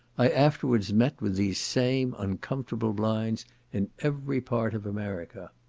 i afterwards met with these same uncomfortable blinds in every part of america.